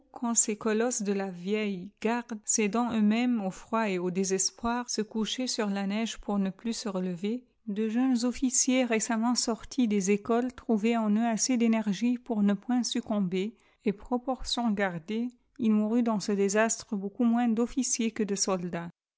ces colosses de la vielle garde cédant eux-mêmes au froid et au désespoir se couchaîant sur la neige pour ne plus se relever déjeunes officiers récemment sortis des écoles trouvaient en eux asse d'éneie pour ne point succomber et proportion gardée il mourut dans ce désastre beaucoup moins d officiers que de soldats